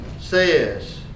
says